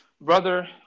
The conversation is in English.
brother